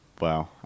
Wow